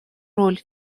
роль